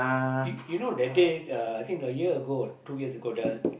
you you know that day uh I think a year ago two years ago the